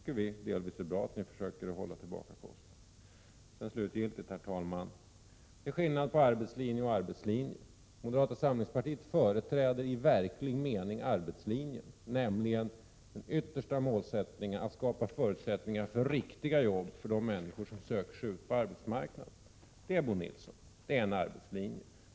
Det är delvis bra att ni försöker hålla tillbaka kostnaderna. Herr talman! Det är skillnad på arbetslinje och arbetslinje. Moderata samlingspartiet företräder i verklig mening arbetslinjen, nämligen målsättningen att ytterst skapa förutsättningar för riktiga jobb för de människor som söker sig ut på arbetsmarknaden. Det, Bo Nilsson, är en arbetslinje!